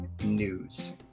news